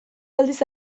aldiz